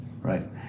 right